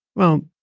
well,